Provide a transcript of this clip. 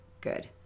good